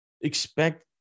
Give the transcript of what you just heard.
expect